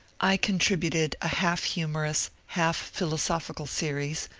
i contributed a half-humorous, half philosophical series,